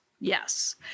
Yes